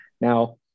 Now